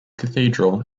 cathedral